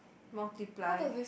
multiply